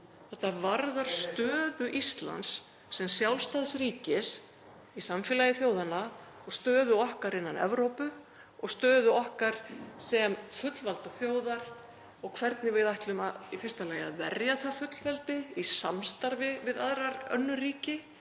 Þetta varðar stöðu Íslands sem sjálfstæðs ríkis í samfélagi þjóðanna og stöðu okkar innan Evrópu og stöðu okkar sem fullvalda þjóðar og hvernig við ætlum í fyrsta lagi að verja það fullveldi í samstarfi við aðrar önnur ríki